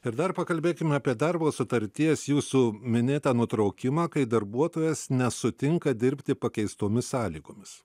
ir dar pakalbėkime apie darbo sutarties jūsų minėtą nutraukimą kai darbuotojas nesutinka dirbti pakeistomis sąlygomis